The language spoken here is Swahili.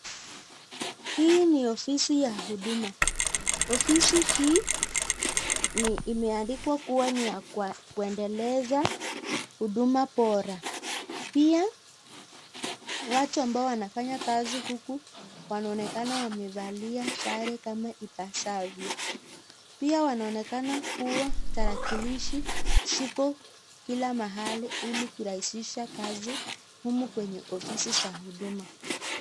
Hii ni ofisi ya huduma , ofisi hii imeandikwa kuwa ni ya kuendeleza huduma bora, pia watu ambao wanafanya kazi huku wanaonekana wamefalia sare kama ibasavyo, pia ywanaonekana darakilishi ziko kila mahali hili kurahisisha kazi humu kwenye ofisi za huduma.